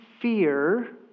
fear